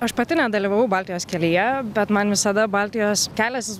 aš pati nedalyvavau baltijos kelyje bet man visada baltijos kelias